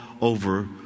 over